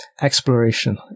exploration